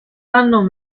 anno